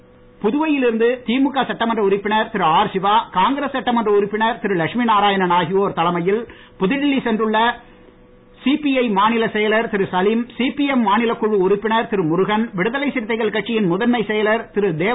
கோரிக்கை புதுவையில் இருந்து திமுக சட்டமன்ற உறுப்பினர் திரு ஆர் சிவா காங்கிரஸ் சட்டமன்ற உறுப்பினர் திரு லட்சுமிநாராயணன் ஆகியோர் தலைமையில் புதுடெல்லி சென்றுள்ள சிபிஐ மாநிலச் செயலர் திரு சலீம் சிபிஎம் மாநிலக்குழு உறுப்பினர் திரு முருகன் விடுதலை சிறுத்தைகள் கட்சியின் முதன்மை செயலர் திரு தேவ